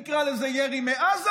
נקרא לזה ירי מעזה,